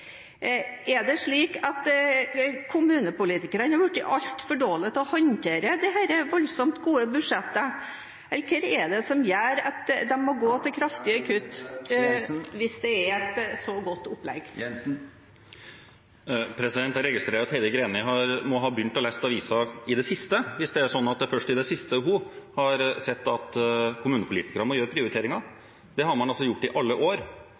Er det slik at kommunepolitikerne har blitt altfor dårlige til å håndtere disse voldsomt gode budsjettene, eller hva er det som gjør at de må gå til kraftige kutt, hvis det er et så godt opplegg? Jeg registrerer at Heidi Greni må ha begynt å lese aviser i det siste, hvis det er først i det siste hun har sett at kommunepolitikere må gjøre prioriteringer. Det har man gjort i alle år,